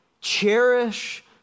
cherish